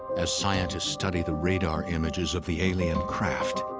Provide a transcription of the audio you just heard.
as scientists study the radar images of the alien craft,